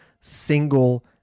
single